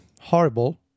horrible